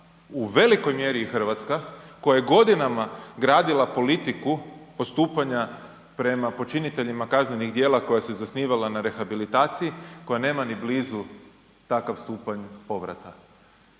u velikoj mjeri i Hrvatska, koja je godinama gradila politiku postupanja prema počiniteljima kaznenih djela koja se zasnivala na rehabilitaciji koja nema ni blizu takav stupanj povrata.